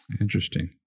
Interesting